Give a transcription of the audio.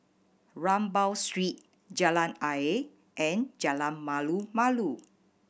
Rambau Street Jalan Ayer and Jalan Malu Malu